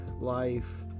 life